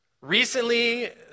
recently